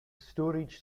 storage